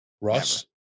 Russ